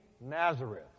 Nazareth